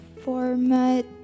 format